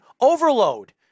overload